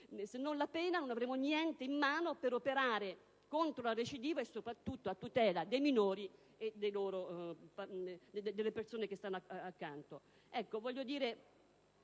parte la pena, non avremo niente in mano per operare contro la recidiva e soprattutto per tutelare i minori e le persone che stanno loro accanto.